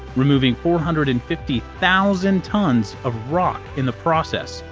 removing four hundred and fifty thousand tons of rock in the process,